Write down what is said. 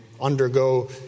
undergo